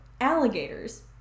alligators